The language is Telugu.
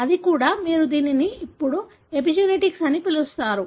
అది కూడా మీరు దీనిని ఇప్పుడు ఎపిజెనెటిక్స్ అని పిలుస్తారు